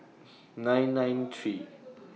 nine nine three